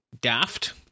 daft